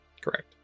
Correct